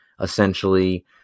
essentially